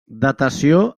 datació